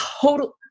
Total